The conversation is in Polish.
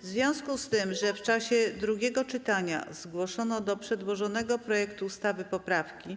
W związku z tym, że w czasie drugiego czytania zgłoszono do przedłożonego projektu ustawy poprawki,